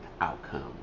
outcome